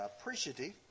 appreciative